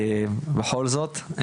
בכל זאת,